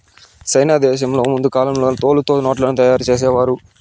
సైనా దేశంలో ముందు కాలంలో తోలుతో నోట్లను తయారు చేసేవారు